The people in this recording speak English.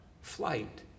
flight